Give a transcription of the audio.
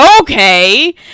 okay